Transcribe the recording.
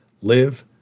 live